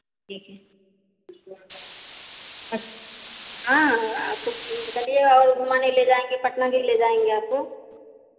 जी अच् हाँ आपको चलिए और घुमाने ले जायेंगे पटना भी ले जायेंगे आपको